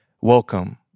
Welcome